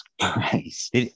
Christ